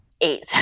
eight